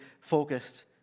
focused